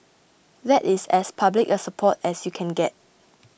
that is as public a support as you can get